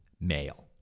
male